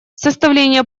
составление